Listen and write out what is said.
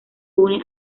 une